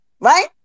Right